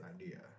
idea